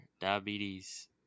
diabetes